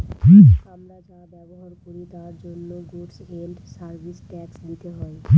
আমরা যা ব্যবহার করি তার জন্য গুডস এন্ড সার্ভিস ট্যাক্স দিতে হয়